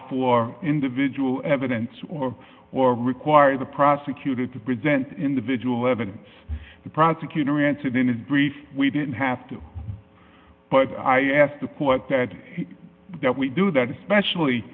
for individual evidence or or require the prosecutor to present individual evidence the prosecutor answered in his brief we didn't have to but i asked the court that we do that especially